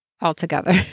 altogether